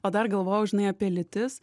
o dar galvojau žinai apie lytis